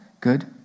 good